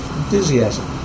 enthusiasm